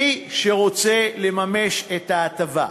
מי שרוצה לממש את ההטבה,